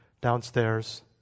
downstairs